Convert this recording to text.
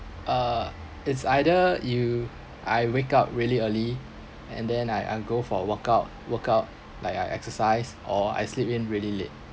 uh it's either you I wake up really early and then I I go for a workout workout like I exercise or I sleep in really late